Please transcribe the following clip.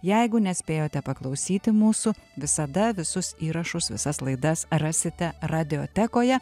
jeigu nespėjote paklausyti mūsų visada visus įrašus visas laidas rasite radiotekoje